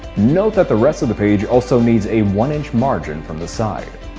note that the rest of the page also needs a one inch margin from the side.